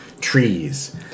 trees